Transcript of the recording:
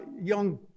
young